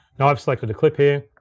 now i've selected a clip here.